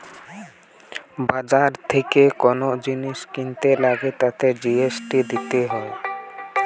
বাজার থেকে কোন জিনিস কিনতে গ্যালে তাতে জি.এস.টি দিতে হয়